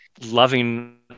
loving